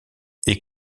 est